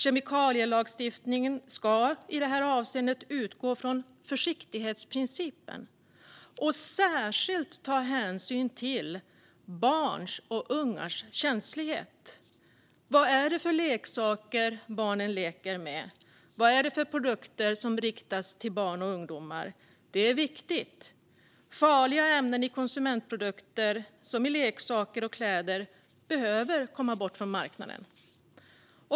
Kemikalielagstiftningen ska i detta avseende utgå från försiktighetsprincipen och särskilt ta hänsyn till barns och ungas känslighet. Vad är det för leksaker barnen leker med? Vad är det för produkter som riktas till barn och ungdomar? Det här är viktigt. Farliga ämnen i konsumentprodukter, såsom leksaker och kläder, behöver komma bort från marknaden.